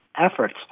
efforts